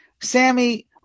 sammy